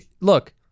look